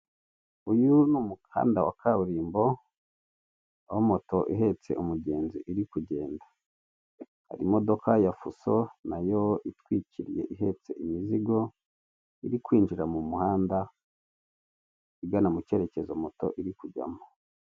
Uyu ni umuhanda wa kaburimbo aho moto ihetse umugenzi iri kugenda. Hari imodoka ya fuso nayo itwikiriye ihetse imizigo iri kwinjira mu muhanda igana mu cyerekezo moto iri kujyamo.